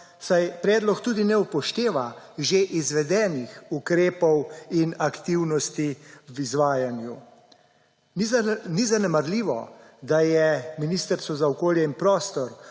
saj predlog tudi ne upošteva že izvedenih ukrepov in aktivnosti v izvajanju. Ni zanemarljivo, da je Ministrstvo za okolje in prostor